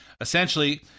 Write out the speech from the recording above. Essentially